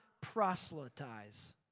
proselytize